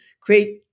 create